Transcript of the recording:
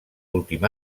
últim